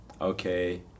Okay